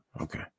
okay